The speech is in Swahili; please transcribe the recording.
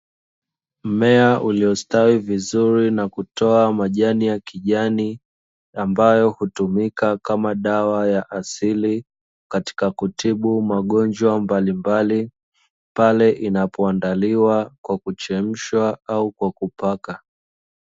Mmea uliostawi vizuri na kutoa majani ya kijani ambayo hutumika kama dawa ya asili katika kutibu magonjwa mbalimbali pale inapoandaliwa kwa kuchemshwa au kwa kupaka.